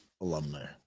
alumni